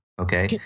Okay